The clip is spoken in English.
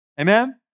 Amen